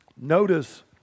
Notice